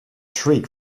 shriek